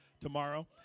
tomorrow